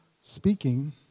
speaking